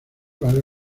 vale